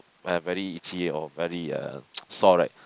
uh very itchy or very uh sore right